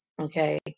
Okay